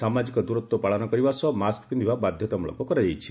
ସାମାଜିକ ଦ୍ଦରତ୍ୱ ପାଳନ କରିବା ସହ ମାସ୍କ ପିନ୍ଧିବା ବାଧ୍ଧତାମୂଳକ କରାଯାଇଛି